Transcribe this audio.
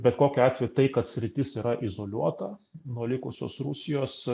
bet kokiu atveju tai kad sritis yra izoliuota nuo likusios rusijos